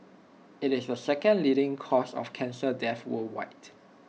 IT is the second leading cause of cancer death worldwide